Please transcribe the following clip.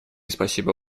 спасибо